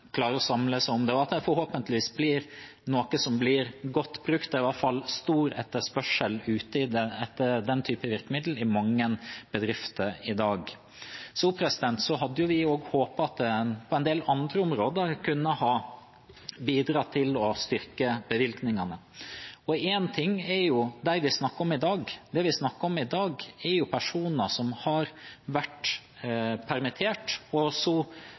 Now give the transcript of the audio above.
det forhåpentligvis er noe som blir godt brukt. Det er i hvert fall stor etterspørsel etter den typen virkemiddel i mange bedrifter i dag. Så hadde vi også håpet at en på en del andre områder kunne ha bidratt til å styrke bevilgningene. En ting er de vi snakker om i dag. De vi snakker om i dag, er personer som har vært permittert, som vi ønsker at bedriftene skal klare å få tatt tilbake igjen, så